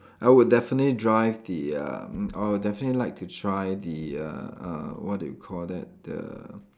I would definitely drive the uh mm I would definitely like to try the uh uh what do you call that the